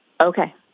okay